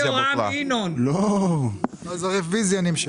הרוויזיה נמשכה.